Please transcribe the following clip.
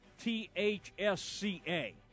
T-H-S-C-A